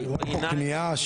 כן,